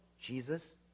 Jesus